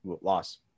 Loss